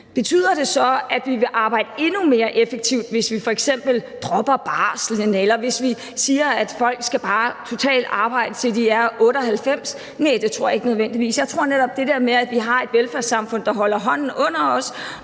Betyder det så, at vi vil arbejde endnu mere effektivt, hvis vi f.eks. dropper barslen, eller hvis vi siger, at folk bare totalt skal arbejde, til de er 98? Næ, det tror jeg ikke nødvendigvis. Jeg tror, at netop det der med, at vi har et velfærdssamfund, der holder hånden under os